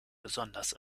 besonders